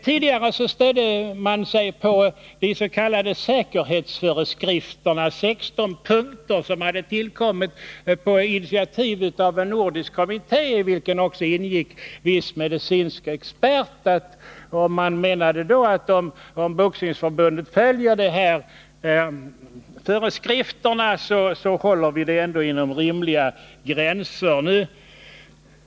Tidigare stödde man sig på de s.k. säkerhetsföreskrifternas 16 punkter, som hade tillkommit på initiativ av en nordisk kommitté, i vilken också ingick viss medicinsk expertis. Man menade då att om Boxningsförbundet följer föreskrifterna, så håller vi det ändå inom rimliga gränser.